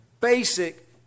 basic